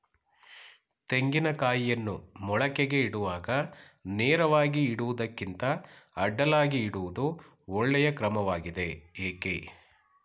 ತೆಂಗಿನ ಕಾಯಿಯನ್ನು ಮೊಳಕೆಗೆ ಇಡುವಾಗ ನೇರವಾಗಿ ಇಡುವುದಕ್ಕಿಂತ ಅಡ್ಡಲಾಗಿ ಇಡುವುದು ಒಳ್ಳೆಯ ಕ್ರಮವಾಗಿದೆ ಏಕೆ?